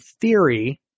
theory